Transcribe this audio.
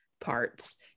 parts